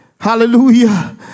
Hallelujah